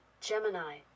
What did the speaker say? Gemini